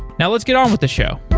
now, let's get on with the show.